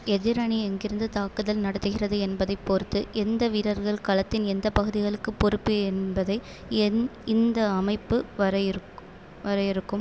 எதிர் அணி எங்கிருந்து தாக்குதல் நடத்துகிறது என்பதைப் பொறுத்து எந்த வீரர்கள் களத்தின் எந்த பகுதிகளுக்கு பொறுப்பு என்பதை இந்த அமைப்பு வரையறுக்கும் வரையறுக்கும்